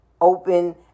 open